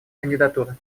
кандидатуры